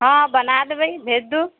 हँ बना देबै भेज दू